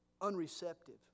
unreceptive